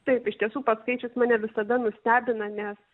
taip iš tiesų pats skaičius mane visada nustebina nes